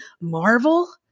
Marvel